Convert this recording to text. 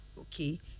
Okay